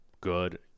good